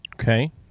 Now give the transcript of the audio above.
Okay